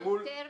יותר מזה.